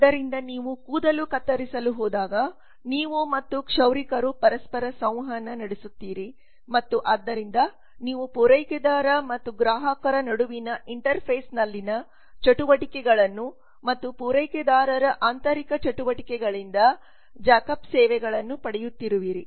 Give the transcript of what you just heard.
ಆದ್ದರಿಂದ ನೀವು ಕೂದಲು ಕತ್ತರಿಸಲು ಹೋದಾಗ ನೀವು ಮತ್ತು ಕ್ಷೌರಿಕರು ಪರಸ್ಪರ ಸಂವಹನ ನಡೆಸುತ್ತಿರುತ್ತೀರಿ ಮತ್ತು ಆದ್ದರಿಂದ ನೀವು ಪೂರೈಕೆದಾರ ಮತ್ತು ಗ್ರಾಹಕರ ನಡುವಿನ ಇಂಟರ್ಫೇಸ್ನಲ್ಲಿನ ಚಟುವಟಿಕೆಗಳನ್ನು ಮತ್ತು ಪೂರೈಕೆದಾರರ ಆಂತರಿಕ ಚಟುವಟಿಕೆಗಳಿಂದ ಜ್ಯಾಕ್ ಅಪ್ ಸೇವೆಗಳನ್ನು ಪಡೆಯುತ್ತಿರುವಿರಿ